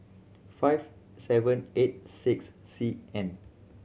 five seven eight six C N